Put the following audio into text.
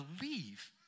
Believe